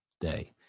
day